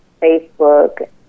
Facebook